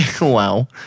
Wow